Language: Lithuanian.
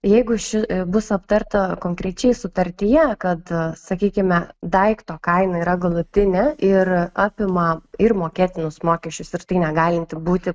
jeigu ši bus aptarta konkrečiai sutartyje kad sakykime daikto kaina yra galutinė ir apima ir mokėtinus mokesčius ir tai negalinti būti